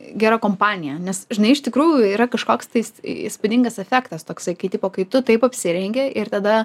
gera kompanija nes žinai iš tikrųjų yra kažkoks tais įspūdingas efektas toksai kai tipo kai tu taip apsirengi ir tada